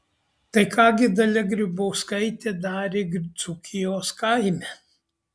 tai ką gi dalia grybauskaitė darė dzūkijos kaime